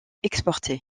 exportés